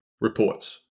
reports